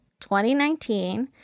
2019